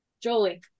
Jolie